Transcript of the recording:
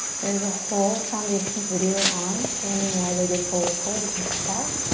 there's a whole foundations video on standing wide-legged forward fold. you can check it out.